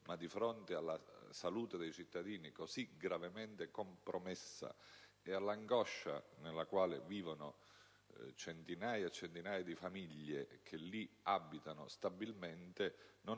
ma di fronte alla salute dei cittadini, così gravemente compromessa, e all'angoscia nella quale vivono centinaia e centinaia di famiglie che lì abitano stabilmente non